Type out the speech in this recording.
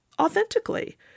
authentically